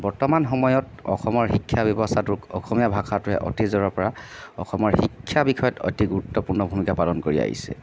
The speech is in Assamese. বৰ্তমান সময়ত অসমৰ শিক্ষা ব্যৱস্থাতোক অসমীয়া ভাষাটোৱে অতিজৰে পৰা অসমীয়া শিক্ষা বিষয়ত অতি গুৰুত্বপূৰ্ণ ভূমিকা পালন কৰি আহিছে